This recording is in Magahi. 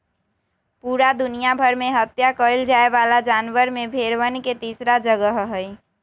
पूरा दुनिया भर में हत्या कइल जाये वाला जानवर में भेंड़वन के तीसरा जगह हई